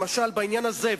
למשל בעניין הזה,